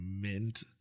mint